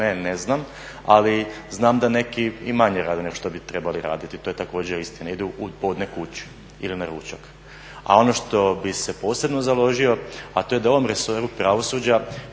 ne, ne znam ali znam da neki i manje rade nego što bi trebali raditi. To je također istina, idu u podne kući ili na ručak. A ono što bi se posebno založio a to je da ovom resoru pravosuđa,